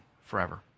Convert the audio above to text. forever